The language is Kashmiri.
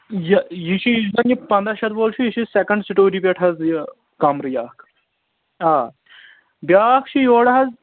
یہِ یہِ چھُ یُس زَن یہِ پنٛداہ شیٚتھ وول چھُ یہِ چھُ سیٚکَنٛڈ سِٹوری پٮ۪ٹھ حظ یہِ کَمرٕ یہِ اکھ آ بیٛاکھ چھِ یورٕ حظ